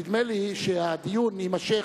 נדמה לי שהדיון יימשך,